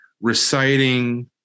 reciting